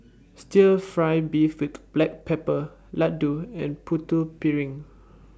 Stir Fry Beef with Black Pepper Laddu and Putu Piring